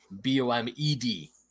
B-O-M-E-D